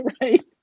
right